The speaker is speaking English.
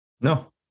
No